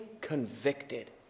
convicted